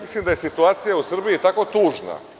Mislim da je situacija u Srbiji tako tužna…